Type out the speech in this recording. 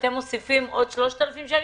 אתם מוסיפים עוד 3,000 שקל,